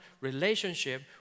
relationship